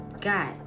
God